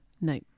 no